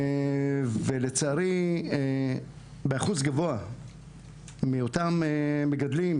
ולצערי באחוז גבוה מאותם מגדלים,